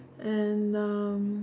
and um